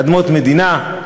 אדמות מדינה,